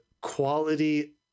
quality